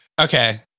Okay